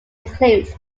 includes